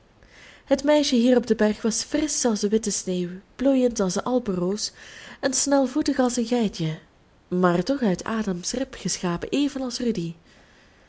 het meisje hier op den berg was frisch als de witte sneeuw bloeiend als de alpenroos en snelvoetig als een geitje maar toch uit adams rib geschapen evenals rudy